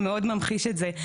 שמאוד ממחיש את זה,